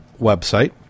website